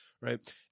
Right